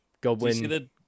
Godwin